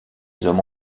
hommes